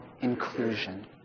inclusion